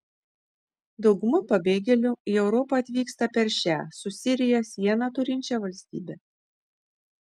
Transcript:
dauguma pabėgėlių į europą atvyksta per šią su sirija sieną turinčią valstybę